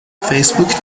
فیسبوک